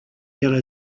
yellow